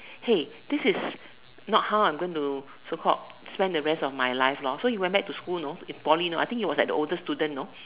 hey this is not how I'm going to so called spend the rest of my life lor so he went back to school know in Poly know I think he was like the oldest student know